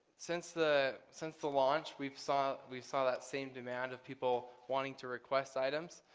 since the since the launch, we've saw we've saw that same demand of people wanting to request items.